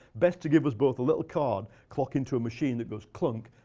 best to give us both a little card, clock into a machine that goes clunk,